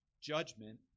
judgment